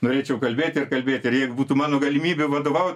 norėčiau kalbėti ir kalbėti ir jeigu būtų mano galimybė vadovaut